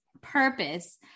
purpose